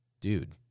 dude